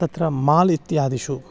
तत्र माल् इत्यादिषु